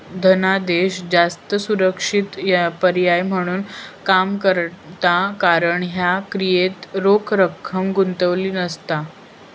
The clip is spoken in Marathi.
धनादेश जास्त सुरक्षित पर्याय म्हणून काम करता कारण ह्या क्रियेत रोख रक्कम गुंतलेली नसता